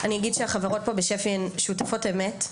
אני אגיד שהחברות פה בשפ"י הן שותפות אמת,